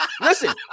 Listen